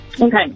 Okay